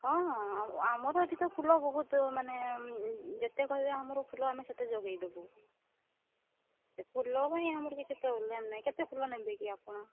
ହଁ ହଁ ଆଉ ଆମର ଏଠି ତ ଫୁଲ ବହୁତ ମାନେ ଯେତେ କହିବେ ଆମର ଫୁଲ ଆମେ ସେତେ ଯୋଗାଇ ଦେବୁ ସେ ଫୁଲ ପାଇଁ ଆମର କିଛି ପ୍ରୋବ୍ଲେମ୍ ନାହିଁ କେତେ ଫୁଲ ନେବେ କି ଆପଣ